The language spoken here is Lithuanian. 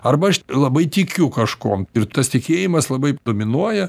arba aš labai tikiu kažkuom ir tas tikėjimas labai dominuoja